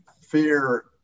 fear